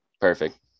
Perfect